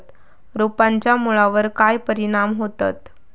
रोपांच्या मुळावर काय परिणाम होतत?